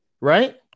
right